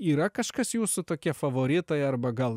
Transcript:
yra kažkas jūsų tokie favoritai arba gal